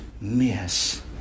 miss